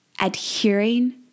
adhering